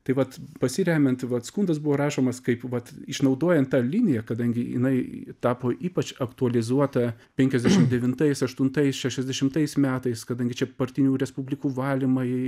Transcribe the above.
tai vat pasiremiant vat skundas buvo rašomas kaip vat išnaudojant tą liniją kadangi jinai tapo ypač aktualizuota penkiasdešim devintais aštuntais šešiasdešimtais metais kadangi čia partinių respublikų valymai